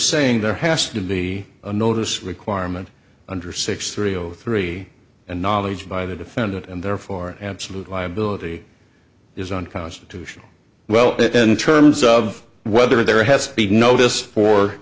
saying there has to be a notice requirement under six three zero three and knowledge by the defendant and therefore absolute liability is unconstitutional well that in terms of whether there has been notice for